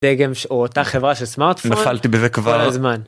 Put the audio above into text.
דגם או אותה חברה של סמארטפון נפלתי בזה כבר מזמן.